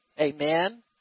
Amen